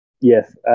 Yes